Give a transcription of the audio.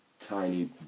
tiny